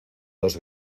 dos